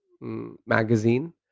magazine